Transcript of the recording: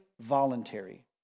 voluntary